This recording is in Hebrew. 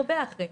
הרבה אחרי.